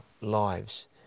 lives